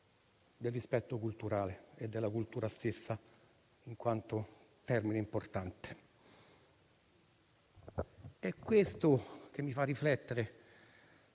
del rispetto culturale e della cultura stessa in quanto termine importante. È questo che mi fa riflettere,